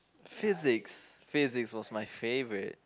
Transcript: Physics Physics was my favorite